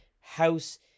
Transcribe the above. House